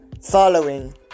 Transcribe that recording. following